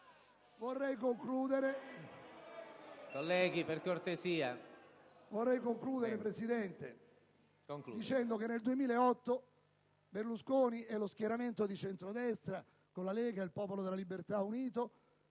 signor Presidente, ribadendo che nel 2008 Berlusconi e lo schieramento di centrodestra, con la Lega Nord e il Popolo della Libertà uniti,